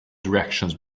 directions